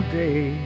day